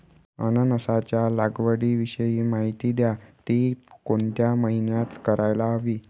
अननसाच्या लागवडीविषयी माहिती द्या, ति कोणत्या महिन्यात करायला हवी?